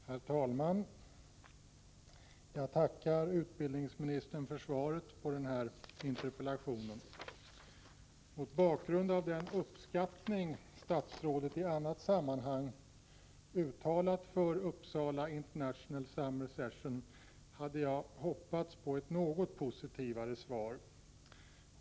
Herr talman! Jag tackar utbildningsministern för svaret på interpellationen. Mot bakgrund av den uppskattning statsrådet i annat sammanhang uttalat för Uppsala International Summer Session hade jag hoppats på ett något positivare svar.